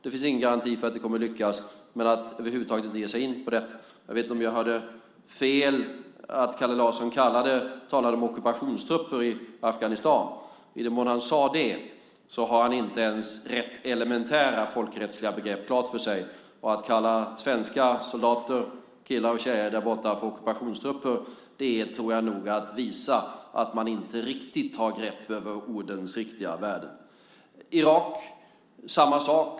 Det finns ingen garanti för att det kommer att lyckas. Men att över huvud taget inte ge sig in på detta . Jag vet inte om jag hörde fel, att Kalle Larsson talade om ockupationstrupper i Afghanistan. I den mån han sade det har han inte ens rätt elementära folkrättsliga begrepp klara för sig. Att kalla svenska soldater, killar och tjejer, där borta för ockupationstrupper är, tror jag nog, att visa att man inte riktigt har grepp om ordens riktiga värden. När det gäller Irak är det samma sak.